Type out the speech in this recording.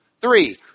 Three